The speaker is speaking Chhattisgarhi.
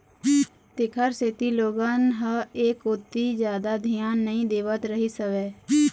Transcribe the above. तेखर सेती लोगन ह ऐ कोती जादा धियान नइ देवत रहिस हवय